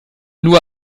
nur